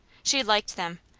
she liked them.